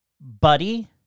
Buddy